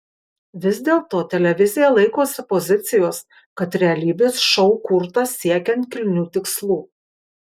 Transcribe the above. vis dėlto televizija laikosi pozicijos kad realybės šou kurtas siekiant kilnių tikslų